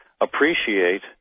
appreciate